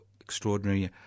extraordinary